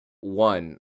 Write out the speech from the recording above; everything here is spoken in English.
one